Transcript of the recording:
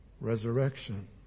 resurrection